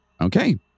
Okay